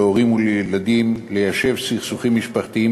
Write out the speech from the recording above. ולהורים ולילדים ליישב סכסוכים משפחתיים